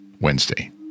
Wednesday